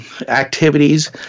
activities